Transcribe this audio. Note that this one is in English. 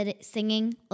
singing